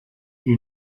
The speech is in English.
you